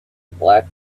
black